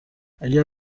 اگر